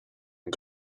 and